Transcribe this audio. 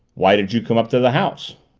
why did you come up to the house?